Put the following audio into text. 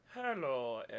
Hello